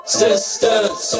sisters